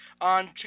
on